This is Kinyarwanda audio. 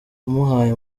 umuhaye